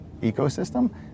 ecosystem